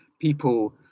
people